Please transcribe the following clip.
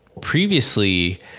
previously